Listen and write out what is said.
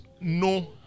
no